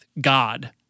god